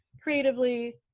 creatively